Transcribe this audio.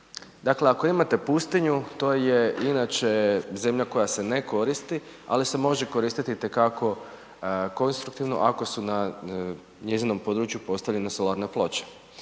Dakle, ako imate pustinju, to je inače zemlja koja se ne koristi, ali samo će koristiti itekako konstruktivno, ako su na njezinom području postavljene solarne ploče.